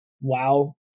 WoW